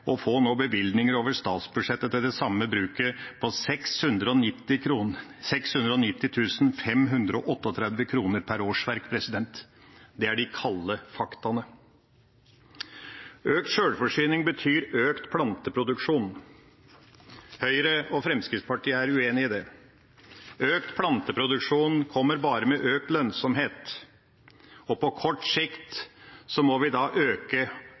å få bevilgninger over statsbudsjettet til det samme bruket på 690 538 kr per årsverk. Det er de kalde fakta. Økt sjølforsyning betyr økt planteproduksjon. Høyre og Fremskrittspartiet er uenig i det. Økt planteproduksjon kommer bare med økt lønnsomhet, og på kort sikt må vi da øke